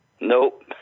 Nope